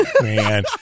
man